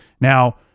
Now